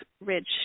Ridge